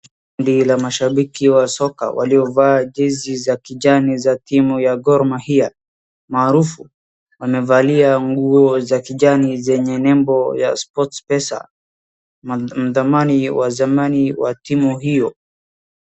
Kundi la mashabiki wa soka waliovaa jezi za kijani za timu ya Gormahia maarufu. Wamevalia nguo za kijani zenye nembo ya Sportpesa wadhamani wa timu hiyo.